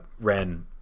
ren